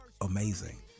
amazing